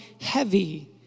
heavy